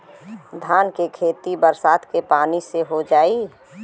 धान के खेती बरसात के पानी से हो जाई?